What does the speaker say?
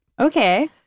Okay